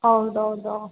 ಹೌದೌದು